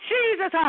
Jesus